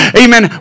amen